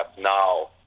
now